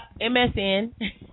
MSN